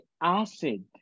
acid